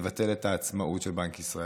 ולבטל את עצמאות בנק ישראל,